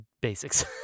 basics